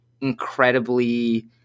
incredibly